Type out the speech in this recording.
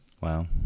Wow